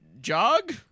jog